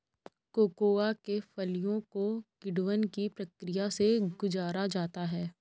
cocoa के फलियों को किण्वन की प्रक्रिया से गुजारा जाता है